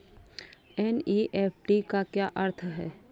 NEFT का अर्थ क्या है?